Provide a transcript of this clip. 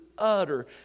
utter